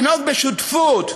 לנהוג בשותפות,